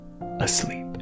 asleep